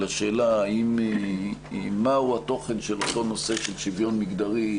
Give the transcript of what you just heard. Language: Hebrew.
על השאלה מהו התוכן של אותו נושא של שוויון מגדרי.